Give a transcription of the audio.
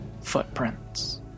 footprints